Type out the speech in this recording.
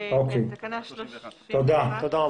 תודה.